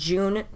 June